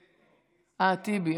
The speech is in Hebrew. טיבי.